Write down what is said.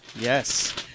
Yes